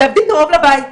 תעבדי קרוב לבית.